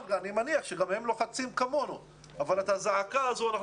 אני מניח שגם הם לוחצים כמונו אבל את הזעקה הזו אנחנו